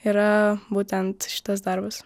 yra būtent šitas darbas